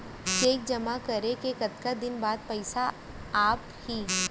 Cheque जेमा करे के कतका दिन बाद पइसा आप ही?